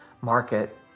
market